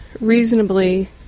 reasonably